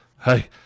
hey